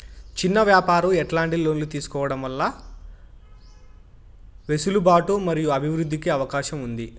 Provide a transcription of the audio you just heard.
చిన్న వ్యాపారాలు ఎట్లాంటి లోన్లు తీసుకోవడం వల్ల వెసులుబాటు మరియు అభివృద్ధి కి అవకాశం ఉంది?